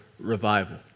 revival